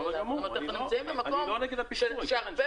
אני לא נגד הפיצוי.